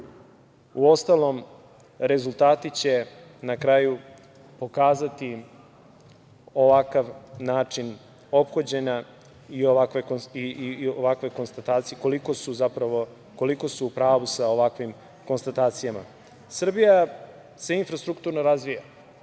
Uostalom, rezultati će na kraju pokazati ovakav način ophođenja i koliko su u pravu sa ovakvim konstatacijama. Srbija je infrastrukturno razvija.